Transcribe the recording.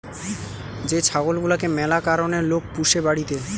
যে ছাগল গুলাকে ম্যালা কারণে লোক পুষে বাড়িতে